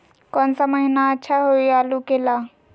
कौन सा महीना अच्छा होइ आलू के ला?